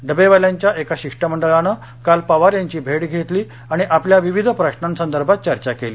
डबेवाल्यांच्या एका शिष्टमंडळानं काल पवार यांची भेट घेतली आणि आपल्या विविध प्रश्नासंदर्भात चर्चा केली